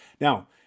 now